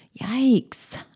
Yikes